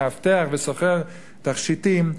מאבטח וסוחר תכשיטים,